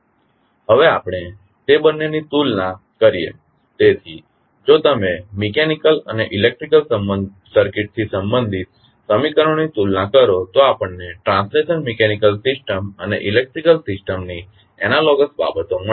હવે આપણે તે બંનેની તુલના કરીએ તેથી જો તમે મિકેનીકલ અને ઇલેક્ટ્રિકલ સર્કિટથી સંબંધિત સમીકરણોની તુલના કરો તો આપણને ટ્રાંસલેશનલ મિકેનીકલ સિસ્ટમ અને ઇલેક્ટ્રીકલ સિસ્ટમની એનાલોગસ બાબતો મળશે